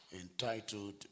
entitled